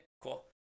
cool